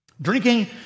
Drinking